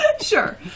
Sure